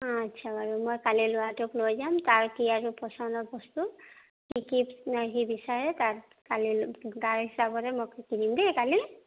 অঁ আচ্ছা বাৰু মই কাইলৈ ল'ৰাটোক লৈ যাম তাৰ কি আৰু পচন্দৰ বস্তু কি কি সি বিচাৰে তাক কালি তাৰ হিচাপতে মই কিনিম দেই কালি